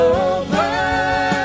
over